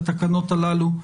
התקנות הללו,